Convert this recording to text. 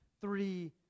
three